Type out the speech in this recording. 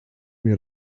mir